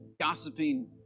gossiping